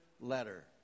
letter